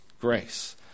grace